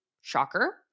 shocker